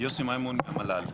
יוסי מימון מהמל"ל.